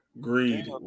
greed